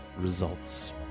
results